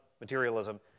materialism